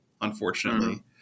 unfortunately